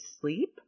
sleep